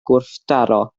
gwrthdaro